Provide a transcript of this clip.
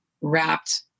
wrapped